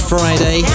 Friday